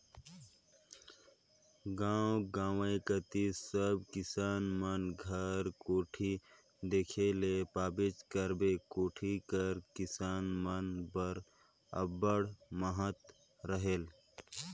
गाव गंवई कती सब किसान मन घर कोठी देखे ले पाबेच करबे, कोठी कर किसान मन बर अब्बड़ महत रहेल